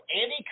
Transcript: Andy